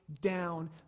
down